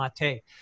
mate